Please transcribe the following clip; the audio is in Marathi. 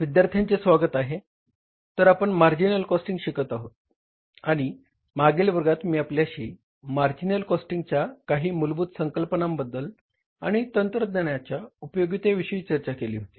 विद्यार्थ्यांचे स्वागत आहे तर आपण मार्जिनल कॉस्टिंग शिकत आहोत आणि मागील वर्गात मी आपल्याशी मार्जिनल कॉस्टिंगच्या काही मूलभूत संकल्पनांबद्दल आणि तंत्रज्ञानाच्या उपयोगिते विषयी चर्चा केली होती